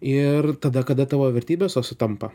ir tada kada tavo vertybės tos sutampa